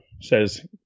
says